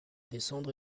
descendre